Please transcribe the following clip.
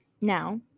Now